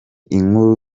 inkuru